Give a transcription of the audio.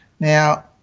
Now